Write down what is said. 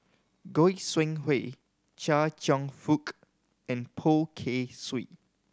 Goi Seng Hui Chia Cheong Fook and Poh Kay Swee